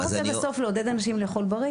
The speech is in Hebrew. אתה רוצה בסוף לעודד אנשים לאכול בריא,